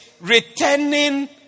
returning